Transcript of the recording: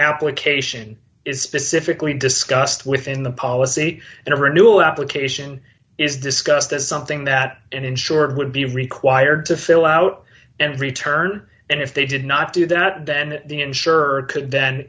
application is specifically discussed within the policy and a renewal application is discussed as something that an insurer would be required to fill out and return and if they did not do that then the insurer could then